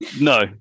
No